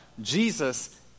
Jesus